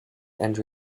and